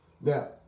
Now